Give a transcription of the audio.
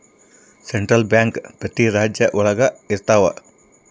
central bank ಪ್ರತಿ ರಾಜ್ಯ ಒಳಗ ಇರ್ತವ